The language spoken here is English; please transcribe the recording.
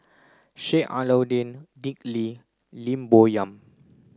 Sheik Alau'ddin Dick Lee Lim Bo Yam